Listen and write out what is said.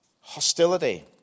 Hostility